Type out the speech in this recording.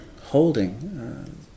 holding